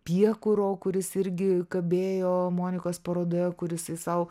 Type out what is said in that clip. piekuro kuris irgi kabėjo monikos parodoje kur jisai sau